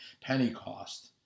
Pentecost